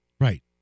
Right